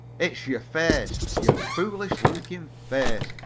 it's your face, your foolish looking face.